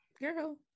girl